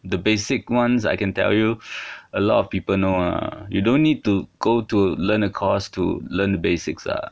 the basic ones I can tell you a lot of people know ah you don't need to go to learn a course to learn the basics ah